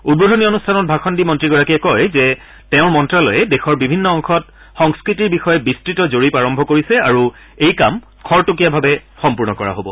উদ্বোধনী অনুষ্ঠানত ভাষণ দি মন্ত্ৰীগৰাকীয়ে কয় যে তেওঁৰ মন্ত্যালয়ে দেশৰ বিভিন্ন অংশত সংস্কৃতিৰ বিষয়ে বিস্তৃত জৰীপ আৰম্ভ কৰিছে আৰু এই কাম খৰতকীয়াভাৱে সম্পূৰ্ণ কৰা হব